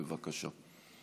בבקשה.